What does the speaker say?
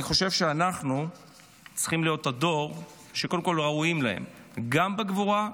אני חושב שאנחנו צריכים להיות הדור שקודם כול ראויים להם גם בגבורה,